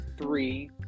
three